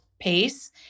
pace